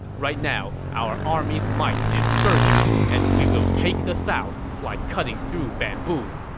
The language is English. right now, our army's might is surging, and we will take the south like cutting through bamboo.